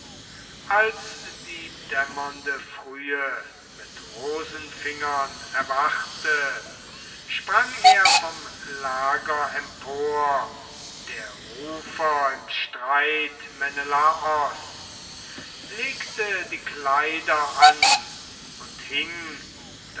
als die dämmernde frühe mit rosenfingern erwachte sprang er vom lager empor der rufer im streit menelaos legte die kleider an und hing